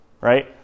right